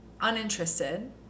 uninterested